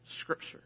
scripture